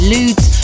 Ludes